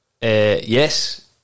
Yes